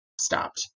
stopped